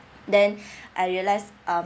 then I realised um